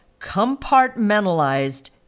compartmentalized